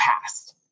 past